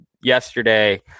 yesterday